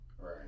Right